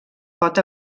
pot